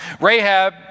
Rahab